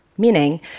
Meaning